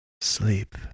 Sleep